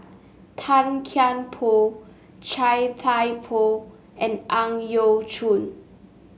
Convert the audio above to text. Tan Kian Por Chia Thye Poh and Ang Yau Choon